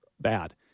bad